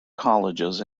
colleges